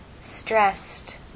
stressed